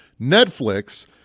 Netflix